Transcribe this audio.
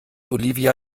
olivia